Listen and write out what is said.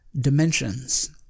dimensions